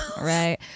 Right